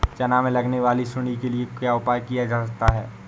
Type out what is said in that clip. चना में लगने वाली सुंडी के लिए क्या उपाय किया जा सकता है?